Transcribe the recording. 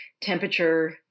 temperature